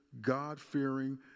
God-fearing